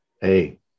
Hey